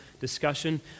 discussion